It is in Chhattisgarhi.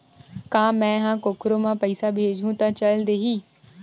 का मै ह कोखरो म पईसा भेजहु त चल देही?